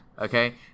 okay